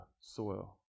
soil